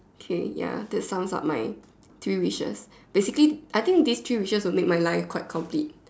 K ya that sums up my three wishes basically I think this three wishes will make my life quite complete